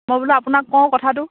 মই বোলো আপোনাক কওঁ কথাটো